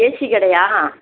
AC கடையா